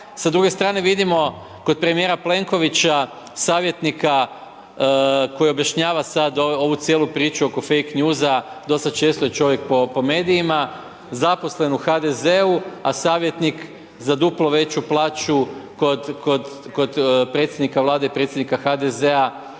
S druge strane vidimo kod premijera Plenkovića, savjetnika koji objašnjava sad ovu cijelu priču oko fake news-a dosta često je čovjek po medijima, zaposlen u HDZ-u a savjetnik za duplo veću plaću kod predsjednika Vlade i predsjednika HDZ-a